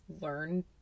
learn